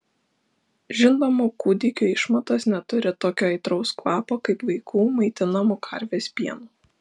žindomų kūdikių išmatos neturi tokio aitraus kvapo kaip vaikų maitinamų karvės pienu